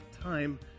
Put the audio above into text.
time